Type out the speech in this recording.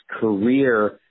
career